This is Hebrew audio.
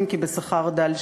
אם כי בשכר דל,